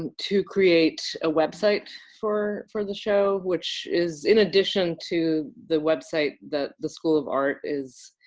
and to create a website for for the show, which is in addition to the website that the school of art is